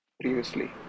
previously